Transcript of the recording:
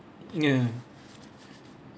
ya